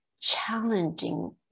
challenging